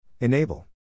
Enable